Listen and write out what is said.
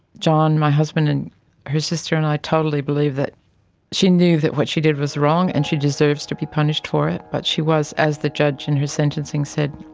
john, my husband, and her sister and i totally believe that she knew that what she did was wrong and she deserves to be punished for it, but she was, as the judge in her sentencing said,